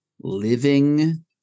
living